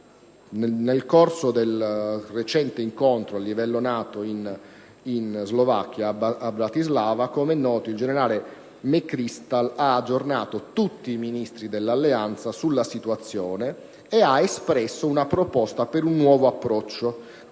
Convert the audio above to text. Nel corso del recente incontro a livello NATO in Slovacchia, a Bratislava, il generale McChrystal ha aggiornato tutti i Ministri dell'alleanza sulla situazione e ha formulato una proposta per un nuovo approccio,